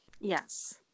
Yes